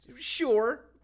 Sure